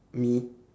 me